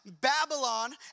babylon